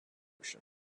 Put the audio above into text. ocean